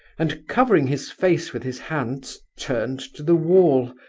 and covering his face with his hands, turned to the wall,